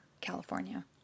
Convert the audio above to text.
California